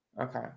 okay